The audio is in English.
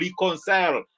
reconcile